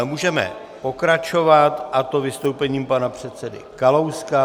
Můžeme pokračovat, a to vystoupením pana předsedy Kalouska.